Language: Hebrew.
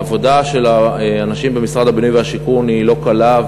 העבודה של האנשים במשרד הבינוי והשיכון היא לא קלה,